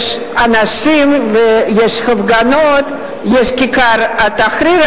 יש אנשים ויש הפגנות, יש כיכר א-תחריר.